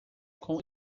com